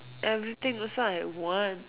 everything also I want